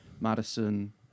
Madison